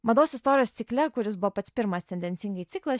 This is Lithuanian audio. mados istorijos cikle kuris buvo pats pirmas tendencingai ciklas